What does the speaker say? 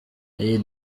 iyi